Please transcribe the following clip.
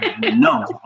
no